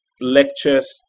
lectures